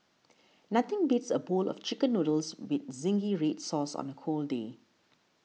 nothing beats a bowl of Chicken Noodles with Zingy Red Sauce on a cold day